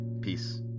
Peace